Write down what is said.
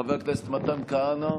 חבר הכנסת מתן כהנא,